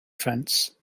fence